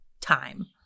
time